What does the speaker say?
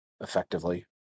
effectively